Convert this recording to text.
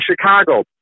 Chicago